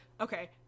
okay